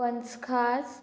पंचखास